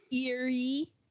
eerie